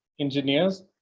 Engineers